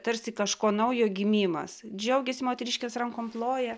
tarsi kažko naujo gimimas džiaugiasi moteriškės rankom ploja